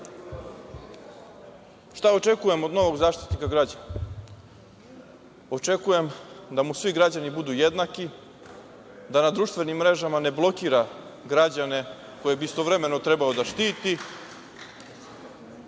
očekujem od novog Zaštitnika građana? Očekujem da mu svi građani budu jednaki, da na društvenim mrežama ne blokira građane koje bi istovremeno trebao da štiti,